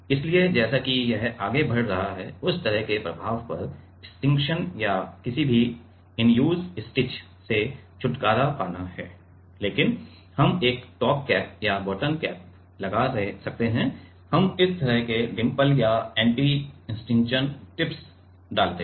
इसलिए जैसा कि यह आगे बढ़ रहा है उस तरह के प्रभाव पर स्टिक्शन या किसी भी इन्यूज स्टिच से छुटकारा पाना है लेकिन हम एक टॉप कैप या बॉटम कैप लगा सकते हैं हम इस तरह के डिम्पल या एंटी स्टिशन टिप्स डालते हैं